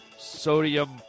Sodium